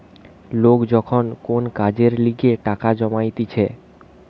লোক যখন কোন কাজের লিগে টাকা জমাইতিছে